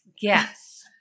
Yes